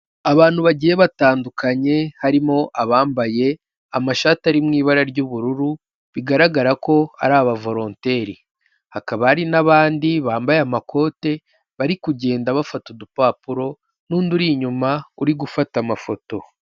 Abantu bagiye batandukanye harimo abambaye amashati ari mu ibara ry'ubururu bigaragara ko ari abavoronteri, hakaba hari n'abandi bambaye amakote bari kugenda bafata udupapuro n'undi uri inyuma uri gufata amafoto.